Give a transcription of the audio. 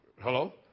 Hello